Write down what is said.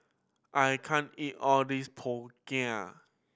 I can't eat all this png